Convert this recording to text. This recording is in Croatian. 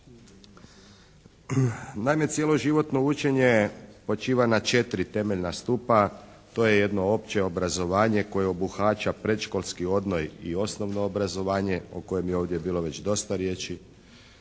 Naime, cjeloživotne učenje počiva na 4 temeljna stupa. To je jedno opće obrazovanje koje obuhvaća predškolski odgoj i osnovno obrazovanje o kojem je ovdje bilo već dosta riječi.